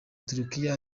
turukiya